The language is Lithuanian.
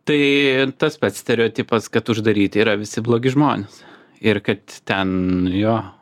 tai tas pats stereotipas kad uždaryti yra visi blogi žmonės ir kad ten jo